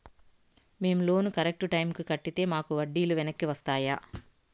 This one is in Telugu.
మేము లోను కరెక్టు టైముకి కట్టితే మాకు వడ్డీ లు వెనక్కి వస్తాయా?